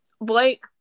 Blake